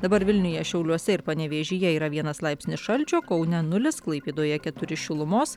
dabar vilniuje šiauliuose ir panevėžyje yra vienas laipsnis šalčio kaune nulis klaipėdoje keturi šilumos